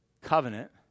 covenant